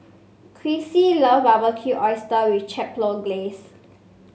Chrissie love Barbecued Oyster with Chipotle Glaze